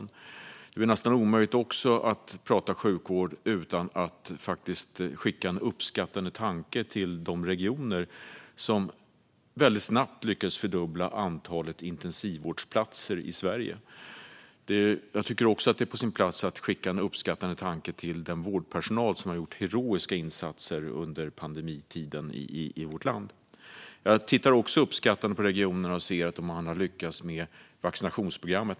Det är också nästan omöjligt att prata sjukvård utan att skicka en uppskattande tanke till de regioner som snabbt lyckades fördubbla antalet intensivvårdsplatser. Det är också på sin plats att skicka en uppskattande tanke till den vårdpersonal som har gjort heroiska insatser under pandemitiden i vårt land. Jag tittar också uppskattande på regioner och ser att de har lyckats med vaccinationsprogrammet.